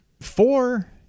Four